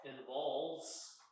involves